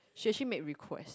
she actually made request